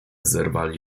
zerwali